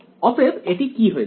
অতএব এটি কি হয়ে যাবে